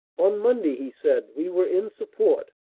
on monday, he said, we were in support.